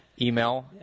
email